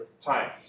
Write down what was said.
time